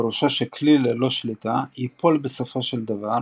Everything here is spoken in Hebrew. פירושו שכלי ללא שליטה יפול בסופו של דבר,